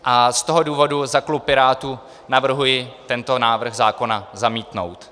Z toho důvodu za klub pirátů navrhuji tento návrh zákona zamítnout.